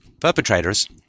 Perpetrators